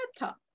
laptop